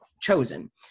chosen